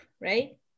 right